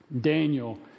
Daniel